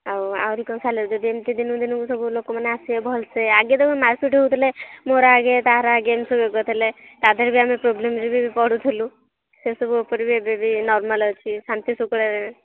ଆଉ ଆହୁରି କ'ଣ ସାଲେରୀ ଯଦି ଏମିତି ଦିନକୁ ଦିନକୁ ଲୋକମାନେ ଆସିବେ ଭଲସେ ଆଗେ ମାରପିଟ୍ ହେଉଥିଲେ ମୋର ଆଗେ ତାହାର ଆଗେ ଏମିତି ସବୁ ଇଏ କରୁଥିଲେ ତା ଦେହରେ ବି ଆମେ ପ୍ରୋବ୍ଲେମ୍ରେ ବି ପଡ଼ୁଥିଲୁ ସେସବୁ ଉପରେ ବି ଏବେ ବି ନର୍ମାଲ୍ ଅଛି ଶାନ୍ତି ଶୃଙ୍ଖଳାରେ